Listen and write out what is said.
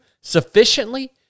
sufficiently